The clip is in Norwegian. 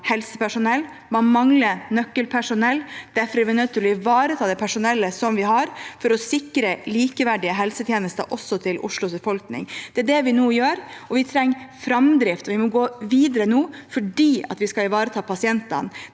helsepersonell, man mangler nøkkelpersonell. Derfor er vi nødt til å ivareta det personellet vi har, for å sikre likeverdige helsetjenester også til Oslos befolkning. Det er det vi nå gjør. Vi trenger framdrift, og vi må gå videre nå fordi vi skal ivareta pasientene.